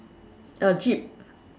uh jeep